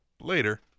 Later